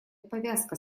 повязка